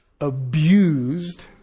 abused